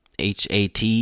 HAT